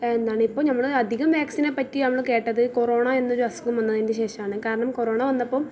എന്താണ് ഇപ്പം നമ്മൾ അധികം വാക്സിനേപ്പറ്റി നമ്മൾ കേട്ടത് കൊറോണ എന്ന ഒരസുഖം വന്നതിൻറെ ശേഷമാണ് കാരണം കൊറോണ വന്നപ്പം